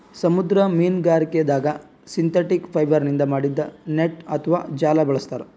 ಸಮುದ್ರ ಮೀನ್ಗಾರಿಕೆದಾಗ್ ಸಿಂಥೆಟಿಕ್ ಫೈಬರ್ನಿಂದ್ ಮಾಡಿದ್ದ್ ನೆಟ್ಟ್ ಅಥವಾ ಜಾಲ ಬಳಸ್ತಾರ್